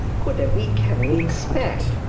could a week have been spared.